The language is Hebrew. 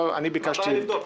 מה הבעיה לבדוק?